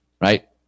Right